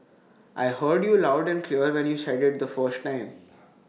I heard you loud and clear when you said IT the first time